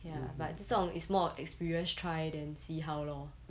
ya but 这种 is more of experience try than see how lor